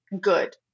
good